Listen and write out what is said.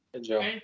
joe